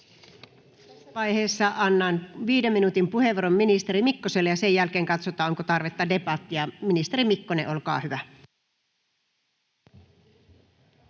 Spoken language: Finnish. Tässä vaiheessa annan 5 minuutin puheenvuoron ministeri Mikkoselle, ja sen jälkeen katsotaan, onko tarvetta debattiin. — Ministeri Mikkonen, olkaa hyvä.